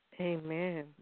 Amen